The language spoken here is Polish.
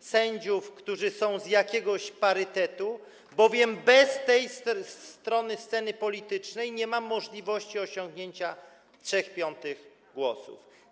sędziów, którzy są z jakiegoś parytetu, bowiem bez tej strony sceny politycznej nie ma możliwości osiągnięcia 3/5 głosów.